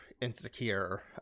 insecure